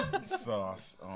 Sauce